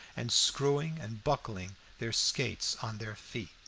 and screwing and buckling their skates on their feet.